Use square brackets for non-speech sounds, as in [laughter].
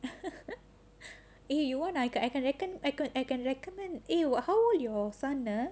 [laughs] you want I I can I can I can I can recommend a~ what eh how old your son ah